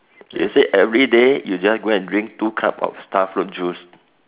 he said everyday you just go and drink two cup of starfruit juice